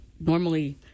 normally